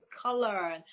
color